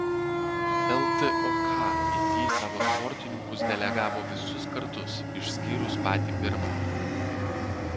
ltok į jį savo sportininkus delegavo visus kartus išskyrus patį pirmąjį